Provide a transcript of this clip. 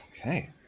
Okay